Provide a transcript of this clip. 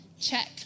Check